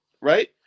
right